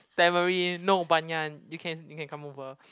Tamarind not Banyan you can you can come over